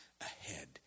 ahead